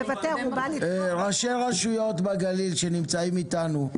ראשי רשויות בגליל נמצאים אתנו.